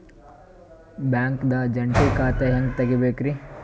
ಬ್ಯಾಂಕ್ದಾಗ ಜಂಟಿ ಖಾತೆ ಹೆಂಗ್ ತಗಿಬೇಕ್ರಿ?